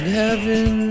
heaven